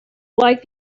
like